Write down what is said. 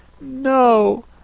No